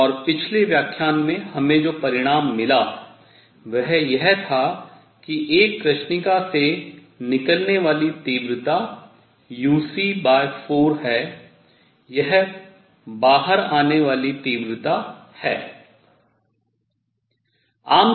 और पिछले व्याख्यान में हमें जो परिणाम मिला वह यह था कि एक कृष्णिका से निकलने वाली तीव्रता uc4 है यह बाहर आने वाली तीव्रता है